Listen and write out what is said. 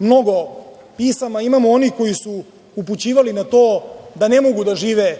mnogo pisama, imamo one koji su upućivali na to da ne mogu da žive